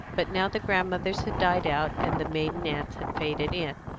but now the grandmothers had died out, and the maiden aunts had faded in,